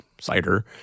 cider